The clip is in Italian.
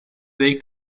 dei